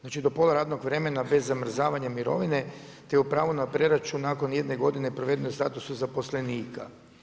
Znači do pola radnog vremena bez zamrzavanja mirovine te o pravu na preračun nakon jedne godine provedene u statusu zaposlenika.